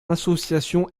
association